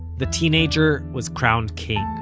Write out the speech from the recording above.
the teenager was crowned king.